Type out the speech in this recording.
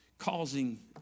causing